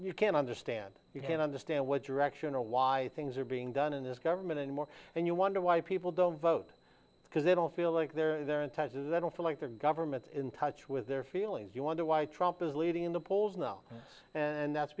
you can't understand you can't understand what direction or why things are being done in this government anymore and you wonder why people don't vote because they don't feel like they're there in taxes i don't feel like they're government in touch with their feelings you wonder why trump is leading in the polls now and that's